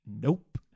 Nope